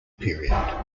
period